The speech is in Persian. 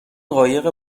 قایق